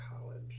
college